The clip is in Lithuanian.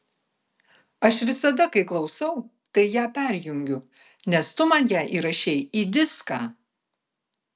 aš visada kai klausau tai ją perjungiu nes tu man ją įrašei į diską